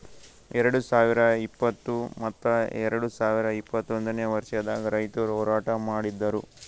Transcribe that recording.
ಎರಡು ಸಾವಿರ ಇಪ್ಪತ್ತು ಮತ್ತ ಎರಡು ಸಾವಿರ ಇಪ್ಪತ್ತೊಂದನೇ ವರ್ಷದಾಗ್ ರೈತುರ್ ಹೋರಾಟ ಮಾಡಿದ್ದರು